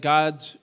God's